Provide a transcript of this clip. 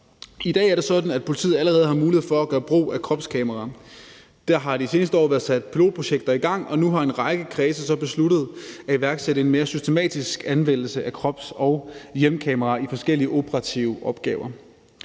I dag er det sådan, at politiet allerede har mulighed for at kunne gøre brug af kropskamera. Der har de seneste år været sat pilotprojekter i gang, og nu har en række kredse så besluttet at iværksætte en mere systematisk anvendelse af krops- og hjelmkameraer i forskellige operative opgaver.